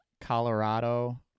Colorado